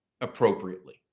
appropriately